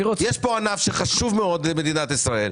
יש פה ענף חשוב מאוד למדינת ישראל.